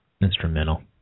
instrumental